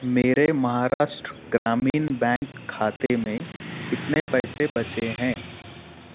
میرے مہاراشٹر گرامین بینک کھاتے میں کتنے پیسے بچے ہیں